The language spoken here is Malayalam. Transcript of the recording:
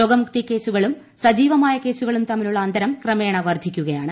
രോഗമുക്തി കേസുകളും സജീവമായ കേസുകളും തമ്മിലുള്ള അന്തരം ക്രമേണ വർദ്ധിക്കുകയാണ്